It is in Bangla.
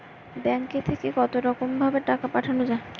ব্যাঙ্কের থেকে কতরকম ভাবে টাকা পাঠানো য়ায়?